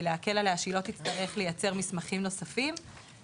להקל עליה ושהיא לא תצטרך לייצר מסמכים נוספים,